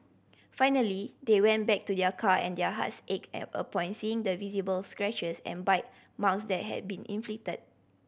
finally they went back to their car and their hearts ached upon seeing the visible scratches and bite marks that had been inflicted